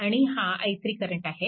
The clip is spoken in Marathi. आणि हा i3 करंट आहे